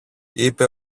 είπε